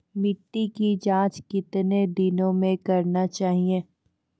मिट्टी की जाँच कितने दिनों मे करना चाहिए?